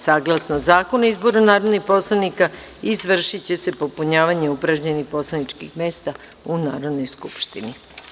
Saglasno Zakonu o izboru narodnih poslanika izvršiće se popunjavanje upražnjenog poslaničkog mesta u Narodnoj skupštini.